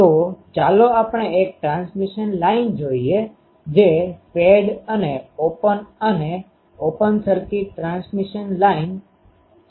તો ચાલો આપણે એક ટ્રાન્સમિશન લાઇન જોઈએ જે ફેડ અને ઓપન અને ઓપન સર્કિટ ટ્રાન્સમિશન લાઇનopen circuit transmission lineખુલ્લો પરિપથ પ્રસારણ રેખા છે